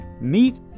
meet